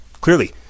clearly